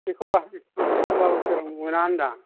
एखमबा बोसोराव मोना होनदां